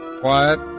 quiet